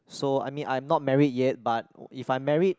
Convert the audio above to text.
so I mean I'm not married yet but if I'm married